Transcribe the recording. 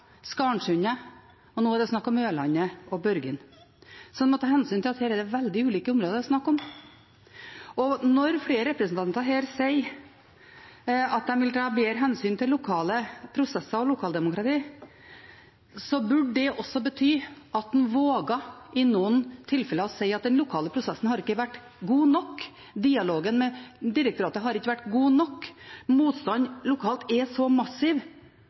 Skarnsundet, og nå er det snakk om Ørland og Børgin. Man må ta hensyn til at her er det veldig ulike områder det er snakk om. Når flere representanter her sier at de vil ta bedre hensyn til lokale prosesser og lokaldemokrati, burde det også bety at en i noen tilfeller våget å si at den lokale prosessen har ikke vært god nok, dialogen med direktoratet har ikke vært god nok, og motstanden lokalt er så massiv